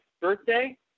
birthday